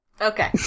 Okay